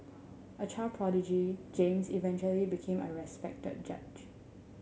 a child prodigy James eventually became a respected judge